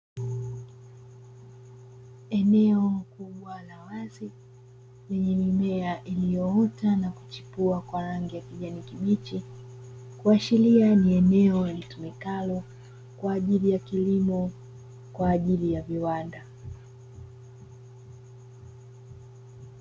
Eneo kubwa la wazi lenye mimea iliyoota na kuchipua kwa rangi ya kijani kibichi, kuashiria ni eneo litumikalo kwa ajili ya kilimo kwa ajili ya viwanda.